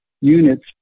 units